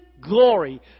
Glory